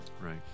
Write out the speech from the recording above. Right